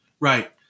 Right